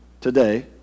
today